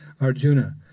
Arjuna